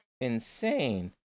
insane